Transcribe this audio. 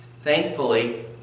Thankfully